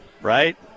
right